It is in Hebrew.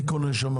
מי קונה שם?